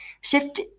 shift